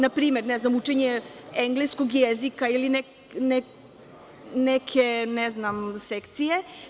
Na primer, ne znam učenje engleskog jezika ili neke ne znam sekcije.